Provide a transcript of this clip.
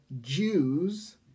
Jews